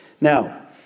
Now